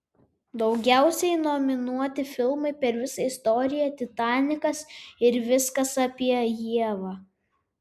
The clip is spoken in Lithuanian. daugiausiai nominuoti filmai per visą istoriją titanikas ir viskas apie ievą